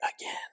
again